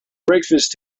breakfast